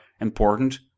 important